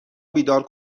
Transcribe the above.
بیدار